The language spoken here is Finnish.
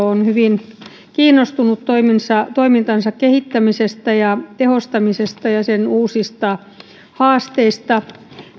on hyvin kiinnostunut toimintansa kehittämisestä ja tehostamisesta ja ja sen uusista haasteista